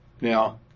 Now